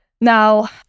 Now